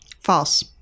False